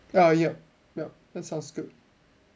ah yup yup that sounds good